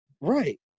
Right